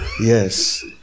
yes